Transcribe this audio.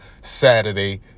Saturday